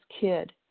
kid